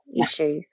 issue